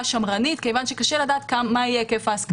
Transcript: שמרנית כי קשה להעריך מה יהיה היקף ההסכמה.